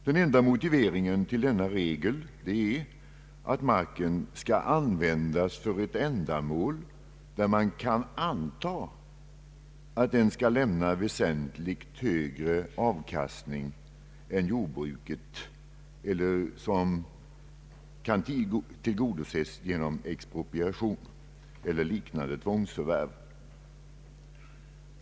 Den enda motiveringen till denna regel är att marken skall användas för ett ändamål som enligt vad man kan anta kommer att innebära att marken kommer att lämna väsentligt högre avkastning än om den används för jordbruk eller om den blir föremål för expropriation eller liknande tvångsförvärv.